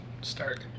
start